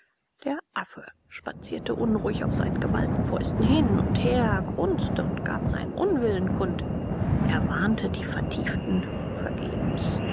der affe spazierte unruhig auf seinen geballten fäusten hin und her grunzte und gab seinen unwillen kund er warnte die vertieften vergebens